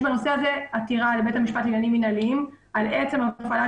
בנושא הזה יש עתירה לבית המשפט לעניינים מינהליים על עצם הפעלת